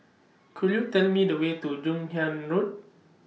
Could YOU Tell Me The Way to Joon Hiang Road